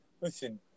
listen